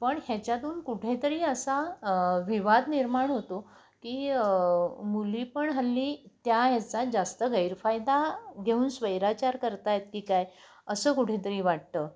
पण ह्याच्यातून कुठेेतरी असा विवाद निर्माण होतो की मुली पण हल्ली त्या ह्याचा जास्त गैरफायदा घेऊन स्वैराचार करत आहेत की काय असं कुठेतरी वाटतं